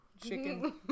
chicken